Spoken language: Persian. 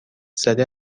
زده